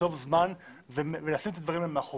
לקצוב זמן ולשים את הדברים האלה מאחורינו.